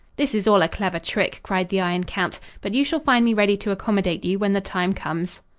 this is all a clever trick, cried the iron count. but you shall find me ready to accommodate you when the time comes.